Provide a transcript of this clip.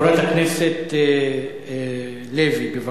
חברת הכנסת לוי, בבקשה.